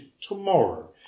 tomorrow